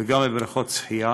וגם בבריכות השחייה.